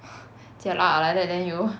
jialat ah like that then you